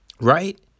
right